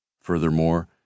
Furthermore